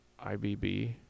IBB